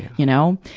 you know?